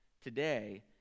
today